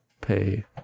pay